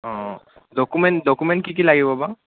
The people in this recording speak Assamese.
অঁ ডকুমেণ্ট ডকুমেণ্ট কি কি লাগিব বা